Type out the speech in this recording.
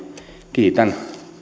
kiitän